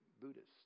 Buddhist